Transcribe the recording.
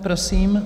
Prosím.